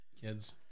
Kids